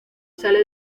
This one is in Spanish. sale